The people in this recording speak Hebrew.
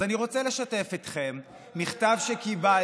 אז אני רוצה לשתף אתכם במכתב שקיבלתי,